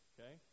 Okay